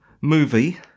movie